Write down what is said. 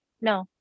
no